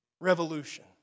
Revolution